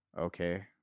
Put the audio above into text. okay